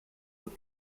were